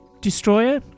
Destroyer